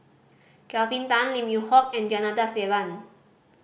Kelvin Tan Lim Yew Hock and Janadas Devan